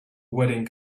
wedding